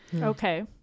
Okay